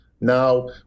Now